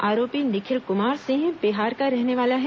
आरोपी निखिल कुमार सिंह बिहार का रहने वाला है